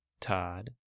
Todd